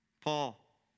Paul